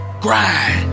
Grind